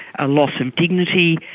a loss of dignity,